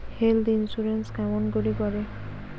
Health insurance কেমন করি করে?